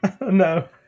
No